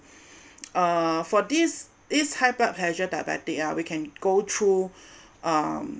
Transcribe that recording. uh for this is high blood pressure diabetic ah we can go through um